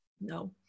no